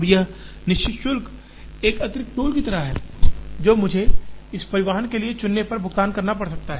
अब यह निश्चित शुल्क एक अतिरिक्त टोल की तरह होगा जो मुझे इस से परिवहन के लिए चुनने पर भुगतान करना पड़ सकता है